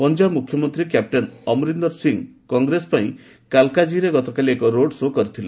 ପଞ୍ଜାବ ମୁଖ୍ୟମନ୍ତ୍ରୀ କ୍ୟାପଟେନ୍ ଅମରିନ୍ଦର ସିଂହ କଂଗ୍ରେସ ପାଇଁ କାଲକାଜିରେ ଗତକାଲି ଏକ ରୋଡ୍ ଶୋ' କରିଥିଲେ